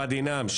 ואדי נאם,